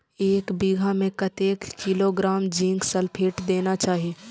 एक बिघा में कतेक किलोग्राम जिंक सल्फेट देना चाही?